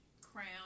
crown